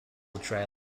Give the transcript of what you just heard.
dry